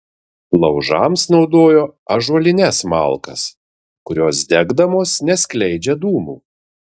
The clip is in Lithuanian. laužams naudojo ąžuolines malkas kurios degdamos neskleidžia dūmų